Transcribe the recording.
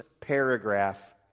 paragraph